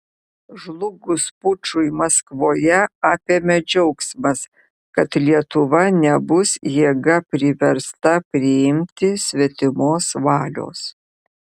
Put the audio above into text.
žlugus pučui maskvoje apėmė džiaugsmas kad lietuva nebus jėga priversta priimti svetimos valios